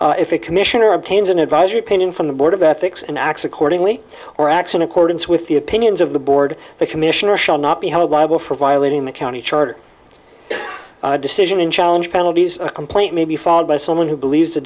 ethics if a commissioner obtains an advisory opinion from the board of ethics and acts accordingly or accident accordance with the opinions of the board the commissioner shall not be held liable for violating the county charter decision and challenge penalties a complaint may be followed by someone who believes